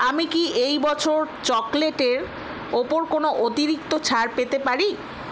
আমি কি এই বছর চকলেটের ওপর কোনও অতিরিক্ত ছাড় পেতে পারি